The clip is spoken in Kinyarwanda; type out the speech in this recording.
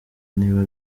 niba